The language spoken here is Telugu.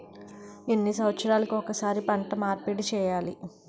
ఎన్ని సంవత్సరాలకి ఒక్కసారి పంట మార్పిడి చేయాలి?